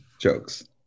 jokes